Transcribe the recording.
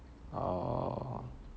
oh